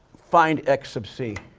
find x sub c.